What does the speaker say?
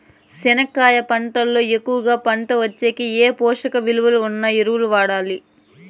చెనక్కాయ పంట లో ఎక్కువగా పంట వచ్చేకి ఏ పోషక విలువలు ఉన్న ఎరువులు వాడాలి?